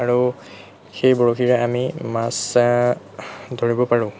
আৰু সেই বৰশীৰে আমি মাছ ধৰিব পাৰোঁ